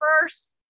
first